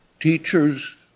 teachers